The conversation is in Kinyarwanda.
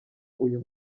uyu